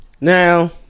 Now